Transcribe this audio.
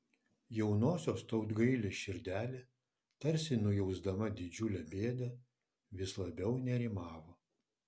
jaunosios tautgailės širdelė tarsi nujausdama didžiulę bėdą vis labiau nerimavo